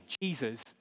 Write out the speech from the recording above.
Jesus